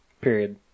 period